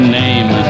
name